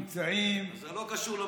אנחנו נמצאים, זה לא קשור לממלכתיות.